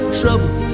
trouble